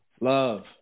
Love